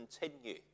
continue